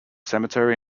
cemetery